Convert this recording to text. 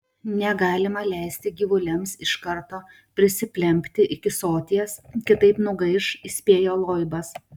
negalima leisti gyvuliams iš karto prisiplempti iki soties kitaip nugaiš įspėjo loibas